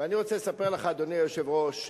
ואני רוצה לספר לך, אדוני היושב-ראש,